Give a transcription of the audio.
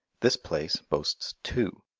this place boasts two.